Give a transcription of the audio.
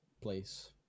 place